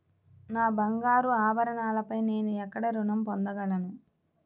నా బంగారు ఆభరణాలపై నేను ఎక్కడ రుణం పొందగలను?